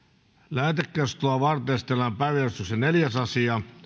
lähetekeskustelua varten esitellään päiväjärjestyksen neljäs asia